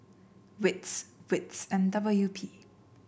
WITS WITS and W U P